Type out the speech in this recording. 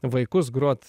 vaikus grot